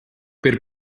per